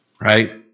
Right